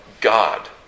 God